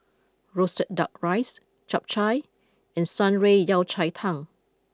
Roasted Duck Riced Chap Chai and Shan Rui Yao Cai Tang